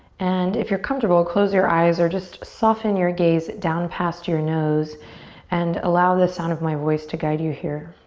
and if you're comfortable close your eyes, or just soften your gaze down past your nose and allow the sound of my voice to guide you here.